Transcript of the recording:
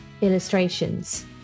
illustrations